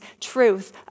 truth